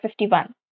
51